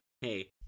Hey